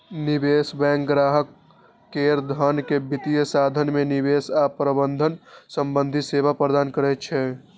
निवेश बैंक ग्राहक केर धन के वित्तीय साधन मे निवेश आ प्रबंधन संबंधी सेवा प्रदान करै छै